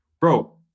Bro